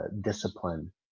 discipline